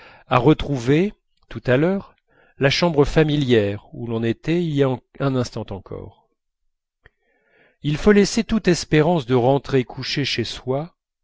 à retrouver tout à l'heure la chambre familière où l'on était il y a un instant encore il faut laisser toute espérance de rentrer coucher chez soi